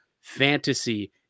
fantasy